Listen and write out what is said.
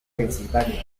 pensilvania